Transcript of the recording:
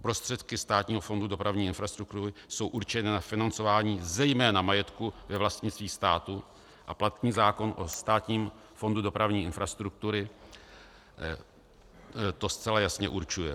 Prostředky Státního fondu dopravní infrastruktury jsou určeny na financování zejména majetku ve vlastnictví státu a platný zákon o Státním fondu dopravní infrastruktury to zcela jasně určuje.